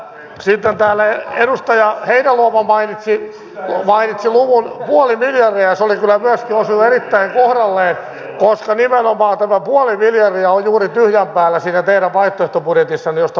sitten täällä edustaja heinäluoma mainitsi luvun puoli miljardia ja se kyllä myöskin osui erittäin kohdalleen koska nimenomaan tämä puoli miljardia on juuri tyhjän päällä siinä teidän vaihtoehtobudjetissanne josta huomenna puhutaan